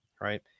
right